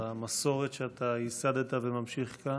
על המסורת שאתה ייסדת וממשיך כאן.